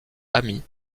ami